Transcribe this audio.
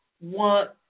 want